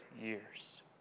years